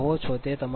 45 Pmax0